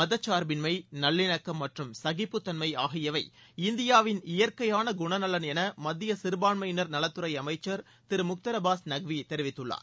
மதச்சார்பின்மை நல்லிணக்கம் மற்றும் சகிப்புத்தன்மை ஆகியவை இந்தியாவின் இயற்கையான குணநலன் என மத்திய சிறபான்மையினர் நலத்துறை அமைச்சர் திரு முக்தார் அப்பாஸ் நக்வி தெரிவித்துள்ளார்